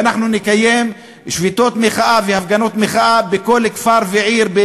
ואנחנו נקיים שביתות מחאה והפגנות מחאה בכל כפר ועיר,